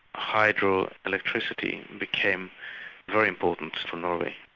hydro-electricity became very important to norway,